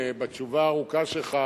בתשובה הארוכה שלך,